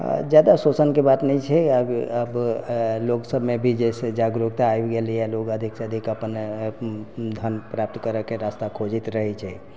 जादा शोषणके बात नहि छै आब लोक सबमे भी जे हइ से जागरूकता आबि गेलैया लोक अधिक से अधिक अपन धन प्राप्त करैके रास्ता खोजैत रहैत छै